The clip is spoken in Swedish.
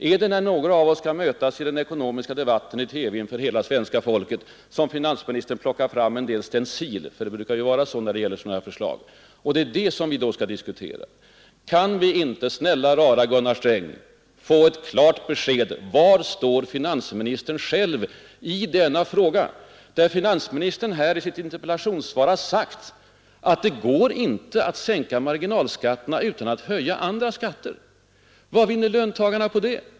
Är det när några av oss skall mötas i den ekonomiska debatten i TV inför hela svenska folket som finansministern plockar fram en del stenciler — för det brukar ju vara så när det gäller sådana här förslag — som vi då skall diskutera? Kan vi inte, snälla rara Gunnar Sträng, få ett klart besked: Var står finansministern själv i den här frågan? Finansministern har i sitt interpellationssvar sagt att det går inte att sänka marginalskatterna utan att höja andra skatter. Vad vinner löntagarna på det?